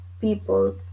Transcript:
people